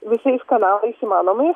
visais kanalais įmanomais